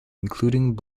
including